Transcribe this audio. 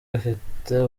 afite